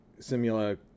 Simula